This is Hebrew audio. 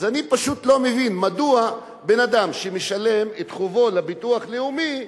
אז אני פשוט לא מבין מדוע בן-אדם שמשלם את חובו לביטוח הלאומי,